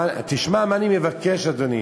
תשמע מה אני מבקש, אדוני.